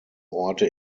orte